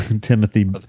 Timothy